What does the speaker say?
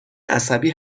عصبی